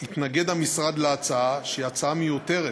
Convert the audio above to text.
מתנגד המשרד להצעה, שהיא הצעה מיותרת,